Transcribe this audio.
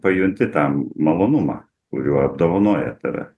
pajunti tą malonumą kuriuo apdovanoja tave